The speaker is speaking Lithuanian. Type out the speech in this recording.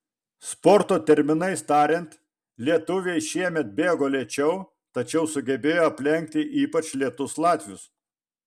sporto terminais tariant lietuviai šiemet bėgo lėčiau tačiau sugebėjo aplenkti ypač lėtus latvius